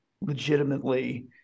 legitimately